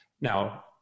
Now